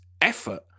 effort